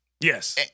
Yes